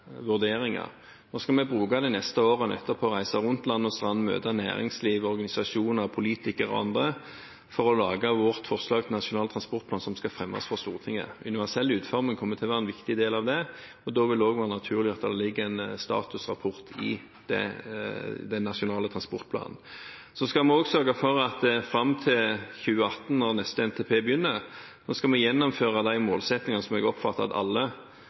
Nå skal vi bruke de neste årene til å reise land og strand rundt og møte næringsliv, organisasjoner, politikere og andre for å lage vårt forslag til Nasjonal transportplan som skal fremmes for Stortinget. Universell utforming kommer til å være en viktig del av det. Da vil det også være naturlig at det ligger en statusrapport i den nasjonale transportplanen. Vi skal også sørge for at fram til 2018, når neste NTP begynner, skal vi gjennomføre de målsettingene som jeg oppfatter at alle